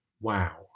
wow